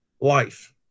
life